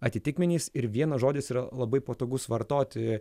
atitikmenys ir vienas žodis yra labai patogus vartoti